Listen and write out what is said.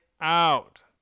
out